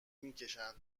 میکشن